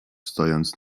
stojąc